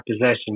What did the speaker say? possession